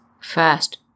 First